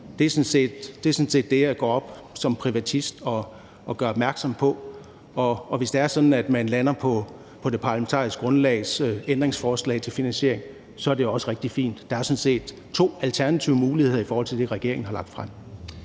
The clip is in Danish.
Det er sådan set det, jeg som privatist går op og gør opmærksom på, og hvis det er sådan, at man lander på det parlamentariske grundlags ændringsforslag til finansiering, så er det også rigtig fint. Der er sådan set to alternativer til det, regeringen har lagt frem.